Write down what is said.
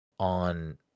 on